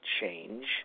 change